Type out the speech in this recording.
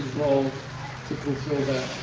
role to fulfill that.